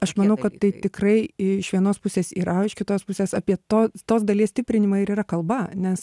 aš manau kad tai tikrai iš vienos pusės yra iš o kitos pusės apie to tos dalies stiprinimą ir yra kalba nes